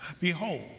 Behold